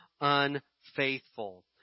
unfaithful